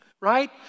right